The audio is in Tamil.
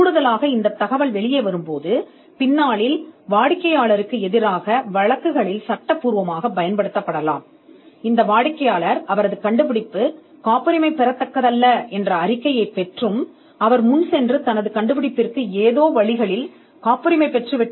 கூடுதலாக இந்த தகவல் வெளிவந்தால் கிளையண்டிற்கு எதிரான வழக்குகளில் பின்னர் கட்டத்தில் அதைப் பயன்படுத்தலாம் இந்த கிளையன்ட் உண்மையில் காப்புரிமை பெறவில்லை என்று ஒரு அறிக்கை கிடைத்தது இன்னும் முன்னோக்கி சென்று காப்புரிமை பெற்றது மற்றும் சில வழிகளில் வழங்கப்பட்ட காப்புரிமையைப் பெற்றது